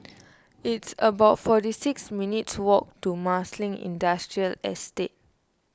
it's about forty six minutes' walk to Marsiling Industrial Estate